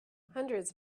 hundreds